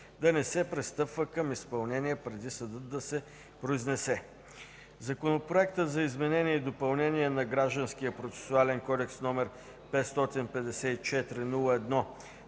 да не се пристъпва към изпълнение преди съдът да се произнесе. Законопроектът за изменение и допълнение на Гражданския процесуален кодекс, № 554-01-25,